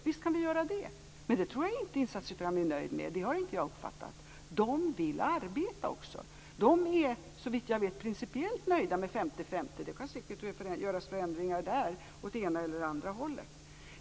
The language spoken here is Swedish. Visst kan vi göra det. Men det tror jag inte att insatsstyrkan är nöjd med. Det har inte jag uppfattat. Den vill arbeta också. Den är såvitt jag vet principiellt nöjd med 50/50. Det kan säkert göras förändringar där åt ena eller andra hållet.